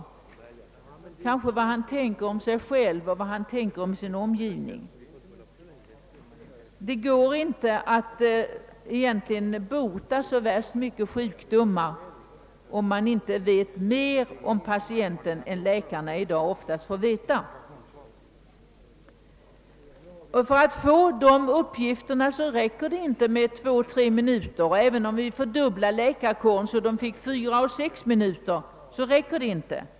Kanske kan han få veta vad patienten tänker om sig själv och vad han tänker om sin omgivning. Detta har man alltmer klart för sig. Det går inte att bota så värst många sjukdomar om läkaren inte vet mer om patienten än det han i dag får veta. För att få dessa uppgifter räcker det inte med 2—3 minuter. även om vi skulle fördubbla läkarkåren, så att läkaren fick 4—6 minuter till förfogande, räcker det ändå inte.